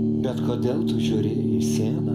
bet kodėl tu žiūri į sieną